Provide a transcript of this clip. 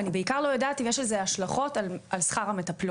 ואני בעיקר לא יודעת אם יש לזה השלכות על שכר המטפלות.